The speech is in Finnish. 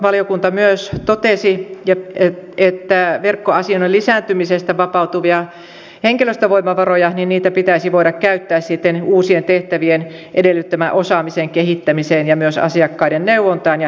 valiokunta myös totesi että verkkoasioinnin lisääntymisestä vapautuvia henkilöstövoimavaroja pitäisi voida käyttää sitten uusien tehtävien edellyttämän osaamisen kehittämiseen ja myös asiakkaiden neuvontaan ja henkilökohtaiseen palveluun